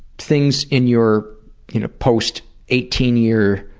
things in your you know post eighteen year?